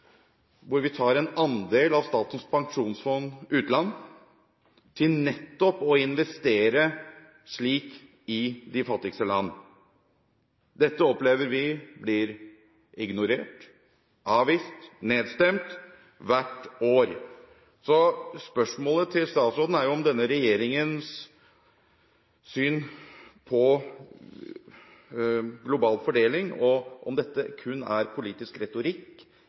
hvor vi tar en andel av Statens pensjonsfond utland til nettopp å investere slik i de fattigste land. Dette opplever vi blir ignorert, avvist, nedstemt hvert år. Så spørsmålet til statsråden er om denne regjeringens syn på global fordeling kun er politisk retorikk